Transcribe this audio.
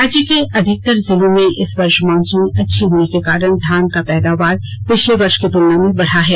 राज्य के अधिकतर जिलों में इस वर्ष मॉनसून अच्छी होने के कारण धान का पैदावार पिछले वर्ष की तुलना में बढा है